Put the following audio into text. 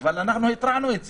אבל אנחנו התרענו על זה.